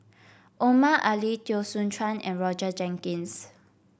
Omar Ali Teo Soon Chuan and Roger Jenkins